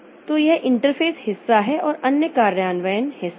तो यह इंटरफ़ेस हिस्सा है और अन्य कार्यान्वयन हिस्सा है